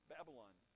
Babylon